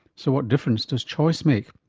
so what difference does choice make?